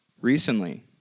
recently